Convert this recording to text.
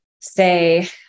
say